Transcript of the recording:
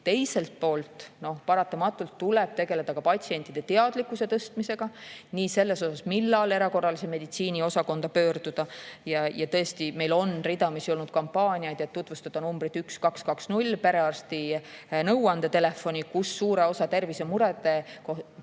Teiselt poolt tuleb paratamatult tegeleda ka patsientide teadlikkuse tõstmisega sellest, millal erakorralise meditsiini osakonda pöörduda. Tõesti, meil on ridamisi olnud kampaaniaid, et tutvustada numbrit 1220, perearsti nõuandetelefoni, kust inimene saab suure osa tervisemurede puhul